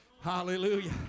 hallelujah